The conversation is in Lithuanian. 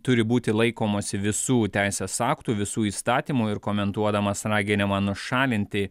turi būti laikomasi visų teisės aktų visų įstatymų ir komentuodamas raginimą nušalinti